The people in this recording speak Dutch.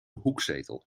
hoekzetel